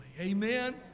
Amen